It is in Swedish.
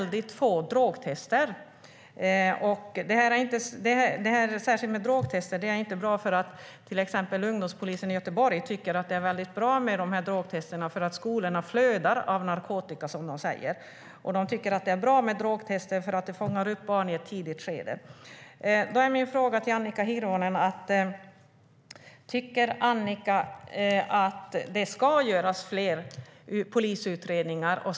Det görs också väldigt få drogtester. Ungdomspolisen i Göteborg tycker att det är väldigt bra med drogtester därför att skolorna flödar av narkotika, som de säger. Drogtester fångar upp barn i ett tidigt skede. Då är min fråga till Annika Hirvonen: Tycker Annika att det ska göras fler polisutredningar?